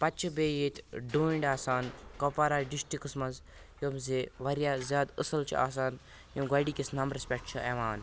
پَتہٕ چھِ بیٚیہِ ییٚتہِ ڈوٗنۍ آسان کُپوارا ڈِسٹِرٛکَس منٛز یِم زِ واریاہ زیادٕ اصٕل چھِ آسان یِم گۄڈٕنِکِس نمبرَس پٮ۪ٹھ چھِ یِوان